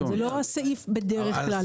זה לא הסעיף בדרך כלל.